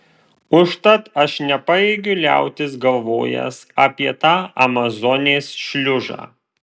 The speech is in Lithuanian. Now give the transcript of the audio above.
užtat aš nepajėgiu liautis galvojęs apie tą amazonės šliužą